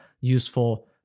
useful